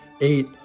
eight